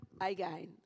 again